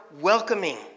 welcoming